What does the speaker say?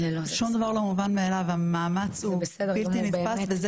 שום דבר לא מובן מאליו והמאמץ הוא בלתי נתפס וזה